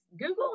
Google